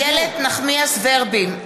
(קוראת בשמות חברי הכנסת) איילת נחמיאס ורבין,